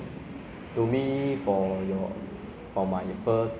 when you speak in chinese I think is more natural to me lah